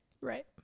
right